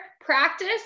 practice